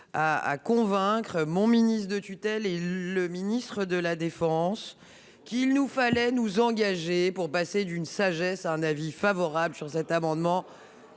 à convaincre mon ministre de tutelle et le ministre des armées qu’il fallait nous engager pour passer d’un avis de sagesse à un avis favorable sur cet amendement